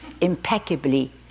impeccably